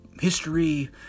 history